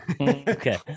Okay